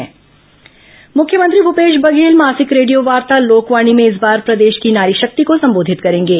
लोकवाणी मुख्यमंत्री भूपेश बधेल मासिक रेडियोवार्ता लोकवाणी में इस बार प्रदेश की नारीशक्ति को संबोधित करेंगे